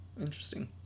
interesting